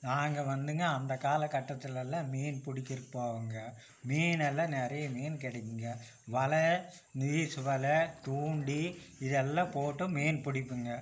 நாங்கள் வந்துங்க அந்த கால கட்டத்திலல்லாம் மீன் பிடிக்கறக்கு போவோங்க மீன் எல்லாம் நிறைய மீன் கிடைக்குங்க வலை வீசு வலை தூண்டி இதெல்லாம் போட்டு மீன் பிடிப்போங்க